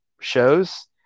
shows